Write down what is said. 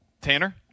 Tanner